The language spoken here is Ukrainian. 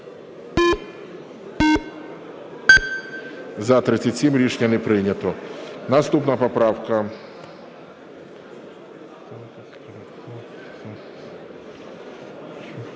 За-37 Рішення не прийнято. Наступна поправка